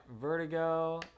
Vertigo